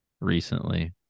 recently